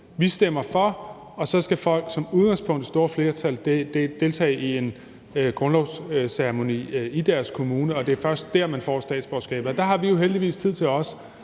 Vi stemmer for, og så skal folk som udgangspunkt, altså det store flertal, deltage i en grundlovsceremoni i deres kommune, og det er først dér, man får statsborgerskabet. Og der har vi jo heldigvis tid til også